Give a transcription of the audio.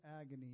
agony